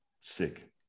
sick